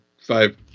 five